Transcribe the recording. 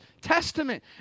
Testament